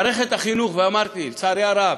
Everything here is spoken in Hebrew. מערכת החינוך, אמרתי, לצערי הרב,